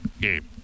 game